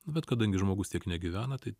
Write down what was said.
bet kadangi žmogus tiek negyvena tai